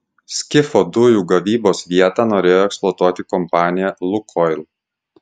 skifo dujų gavybos vietą norėjo eksploatuoti kompanija lukoil